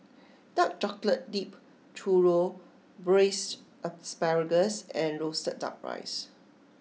Dark Chocolate Dipped Churro Braised Asparagus and Roasted Duck Rice